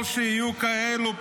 כל שיהיו כאלה,